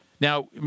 Now